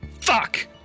fuck